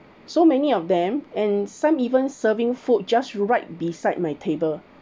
so many of them and some even serving food just right beside my table